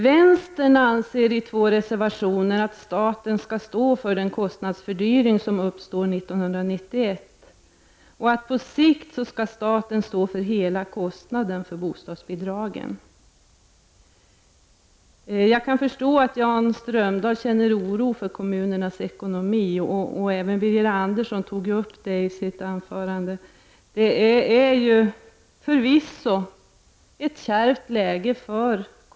Vänsterpartiet anför i två reservationer att staten skall stå för den kost nadsfördyring som uppstår 1991 och att staten på sikt skall stå för hela kostnaden för bostadsbidragen. Jag kan förstå att Jan Strömdahl känner oro för kommunernas ekonomi. Även Birger Andersson tog upp detta i sitt anförande. Kommunerna befinner sig förvisso i ett kärvt läge.